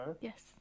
yes